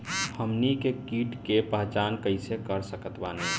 हमनी के कीट के पहचान कइसे कर सकत बानी?